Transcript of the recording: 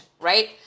right